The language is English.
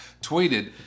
tweeted